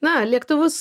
na lėktuvus